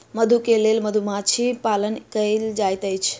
मधु के लेल मधुमाछी पालन कएल जाइत अछि